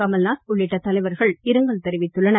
கமல்நாத் உள்ளிட்ட தலைவர்கள் இரங்கல் தெரிவித்துள்ளனர்